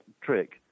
trick